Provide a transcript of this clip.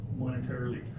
monetarily